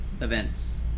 events